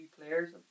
players